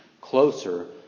closer